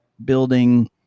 building